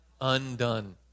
undone